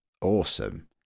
awesome